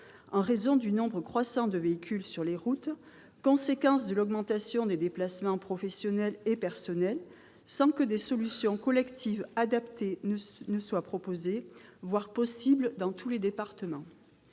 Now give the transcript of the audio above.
en raison du nombre croissant de véhicules sur les routes, conséquence de l'augmentation des déplacements professionnels et personnels, sans que des solutions collectives adaptées soient proposées, voire sans qu'elles soient possibles, dans tous les départements.